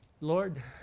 Lord